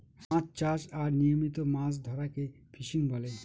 মাছ চাষ আর নিয়মিত মাছ ধরাকে ফিসিং বলে